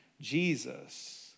Jesus